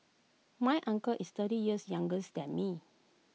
my uncle is thirty years younger than me